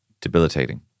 debilitating